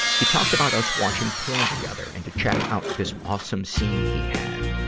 he talked about us watching porn together and to check out this awesome scene he had.